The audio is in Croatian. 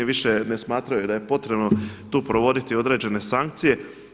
Više ne smatraju da je potrebno tu provoditi određene sankcije.